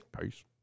Peace